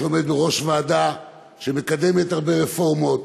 שעומד בראש ועדה שמקדמת הרבה רפורמות.